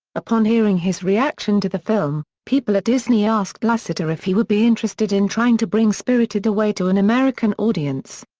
upon hearing his reaction to the film, people at disney asked lasseter if he would be interested in trying to bring spirited away to an american audience.